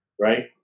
right